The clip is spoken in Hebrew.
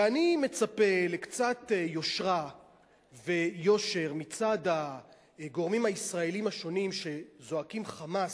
ואני מצפה לקצת יושרה ויושר מצד הגורמים הישראליים השונים שזועקים חמס,